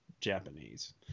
Japanese